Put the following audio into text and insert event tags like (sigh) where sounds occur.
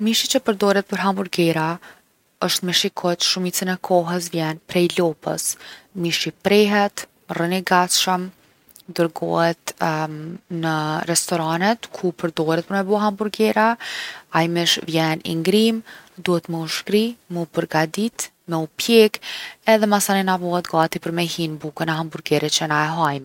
Mishi që përdoret për hamburgera osht mish i kuq, shumicën e kohës vjen prej lopës. Mishi prehet, rrin i gatshëm, dërgohet (hesitation) në restoranet ku përdoret për me bo hamburgera. Ai mish vjen i ngrimë, duhet me u shkri, me u përgadit, me u pjek edhe masanena bohet gati me hi n’bukën e hamburgerit që na e hajmë.